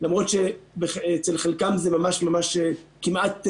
למרות שאצל חלקם זה ממש ממש זה כמעט סימביוטי.